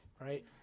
right